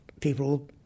people